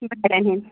ہِنٛدۍ